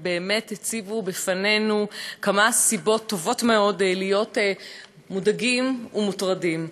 הם באמת הציבו בפנינו כמה סיבות טובות מאוד להיות מודאגים ומוטרדים.